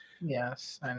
Yes